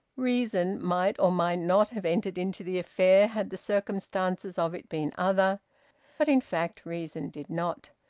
reason might or might not have entered into the affair had the circumstances of it been other but in fact reason did not.